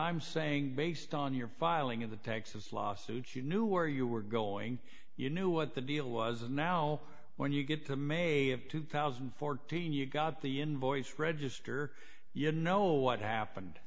i'm saying based on your filing in the texas lawsuit you knew where you were going you knew what the deal was and now when you get to may have two thousand and fourteen you've got the invoice register you know what happened